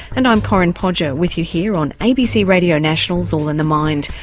and i'm corinne podger with you here on abc radio national's all in the mind,